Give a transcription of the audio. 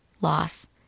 loss